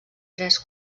tres